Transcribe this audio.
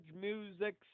Music